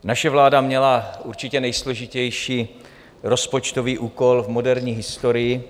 Naše vláda měla určitě nejsložitější rozpočtový úkol v moderní historii.